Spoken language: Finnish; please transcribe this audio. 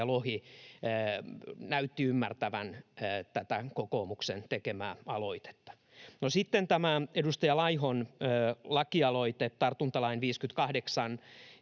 Lohi näytti ymmärtävän tätä kokoomuksen tekemää aloitetta. No sitten tästä edustaja Laihon lakialoitteesta tartuntalain 58